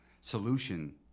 solution